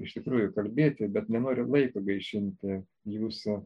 iš tikrųjų kalbėti bet nenoriu laiko gaišinti jūsų